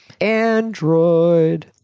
Android